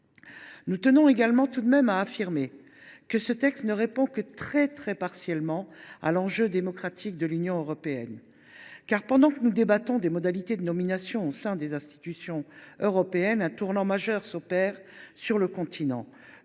nous tenons tout de même à affirmer que cette proposition de loi ne répond que très partiellement à l’enjeu de démocratisation de l’Union européenne. Pendant que nous débattons des modalités de nomination au sein des institutions européennes, un tournant majeur s’opère sur le continent